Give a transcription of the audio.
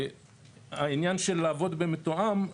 העניין של לעבוד במתואם,